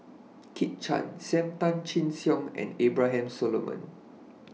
Kit Chan SAM Tan Chin Siong and Abraham Solomon